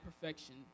perfection